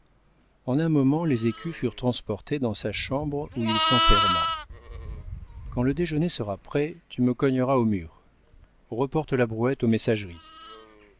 en un moment les écus furent transportés dans sa chambre où il s'enferma quand le déjeuner sera prêt tu me cogneras au mur reporte la brouette aux messageries